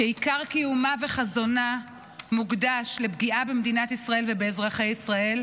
שעיקר קיומה וחזונה מוקדש לפגיעה במדינת ישראל ואזרחי ישראל,